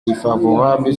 défavorable